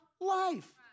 life